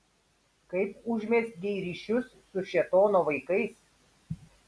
kaip užmezgei ryšius su šėtono vaikais